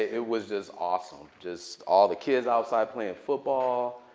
it was just awesome, just all the kids outside playing football,